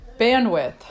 bandwidth